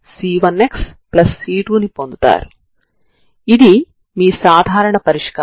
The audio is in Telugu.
కాబట్టి ఇది ప్రభావవంతమైన పరిష్కారం